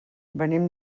venim